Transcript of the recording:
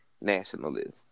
nationalism